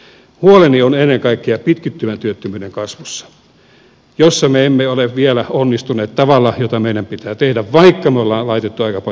huoleni on ennen kaikkea pitkittyvän työttömyyden kasvussa jossa me emme ole vielä onnistuneet sillä tavalla kuin meidän pitää vaikka me olemme laittaneet aika paljon paukkuja tähän kuntakokeiluun